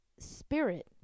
spirit